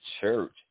church